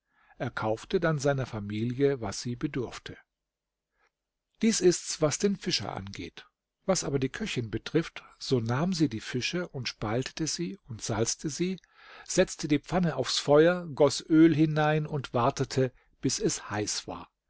er kaufte dann seiner familie was sie bedurfte dies ist's was den fischer angeht was aber die köchin betrifft so nahm sie die fische und spaltete sie und salzte sie setzte die pfanne aufs feuer goß öl hinein und wartete bis es heiß war